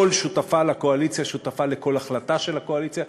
כל שותפה לקואליציה שותפה לכל החלטה של הקואליציה.